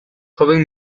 joven